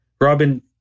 Robin